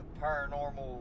paranormal